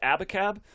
Abacab